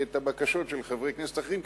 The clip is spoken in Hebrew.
את הבקשות של חברי כנסת אחרים,